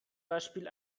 beispiel